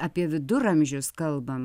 apie viduramžius kalbam